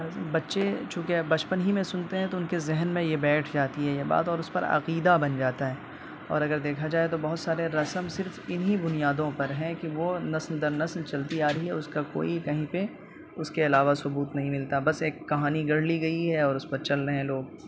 بچے چوں کہ اب بچپن ہی میں سنتے ہیں تو ان کے ذہن میں یہ بیٹھ جاتی ہے یہ بات اور اس پر عقیدہ بن جاتا ہے اور اگر دیکھا جائے تو بہت سارے رسم صرف انہی بنیادوں پر ہیں کہ وہ نسل در نسل چلتی آ رہی ہے اس کا کوئی کہیں پہ اس کے علاوہ ثبوت نہیں ملتا بس ایک کہانی گڑھ لی گئی ہے اور اس پر چل رہے ہیں لوگ